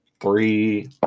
three